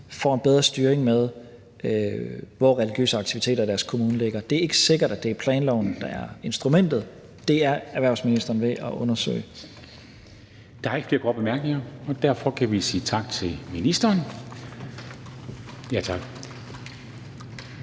får en bedre styring med, hvor religiøse aktiviteter i deres kommune ligger. Det er ikke sikkert, at det er planloven, der er instrumentet. Det er erhvervsministeren ved at undersøge. Kl. 19:22 Formanden (Henrik Dam Kristensen): Der er ikke flere korte bemærkninger, og derfor kan vi sige tak til ministeren. Så går